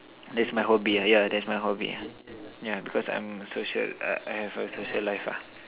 that's my hobby yeah that's my hobby yeah yeah because I am social I I have a social ah